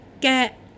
get